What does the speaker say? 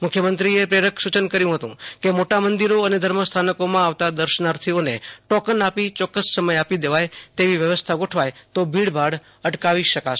મુખ્યમંત્રીએ પ્રેરક સુ યન કર્યુ હતું કે મોટા મંદિરો અને ધર્મ સ્થાનકોમાં આવતા દર્શનાર્થીઓને ટોકન આપી ચોક્કસ સમય આપી દેવાય તેવી વ્યવસ્થા ગોઠવાય તો ભીડભાડ અટકાવી શકાશે